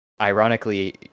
ironically